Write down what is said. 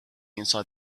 inside